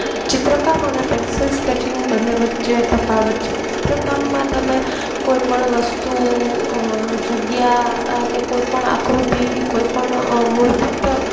ચિત્રકામ અને pencil sketching બંને વચ્ચે તફાવત છે ચિત્રકામમાં તમે કોઈપણ વસ્તુ જગ્યા કે કોઈપણ આકૃતિ કોઈપણ મૂળભૂત